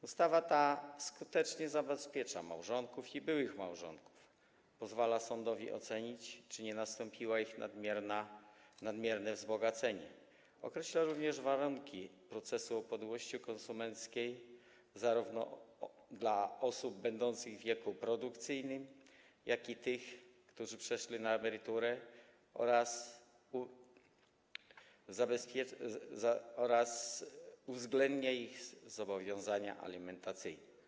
Ustawa ta skutecznie zabezpiecza małżonków i byłych małżonków, pozwala sądowi ocenić, czy nie nastąpiło ich nadmierne wzbogacenie, określa również warunki procesu upadłości konsumenckiej, zarówno dla osób będących w wieku produkcyjnym, jak i tych, które przeszły na emeryturę, oraz uwzględnia ich zobowiązania alimentacyjne.